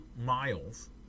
miles